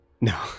No